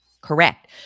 correct